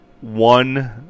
one